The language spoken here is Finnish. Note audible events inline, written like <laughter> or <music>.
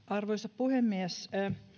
<unintelligible> arvoisa puhemies